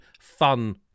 fun